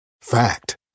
Fact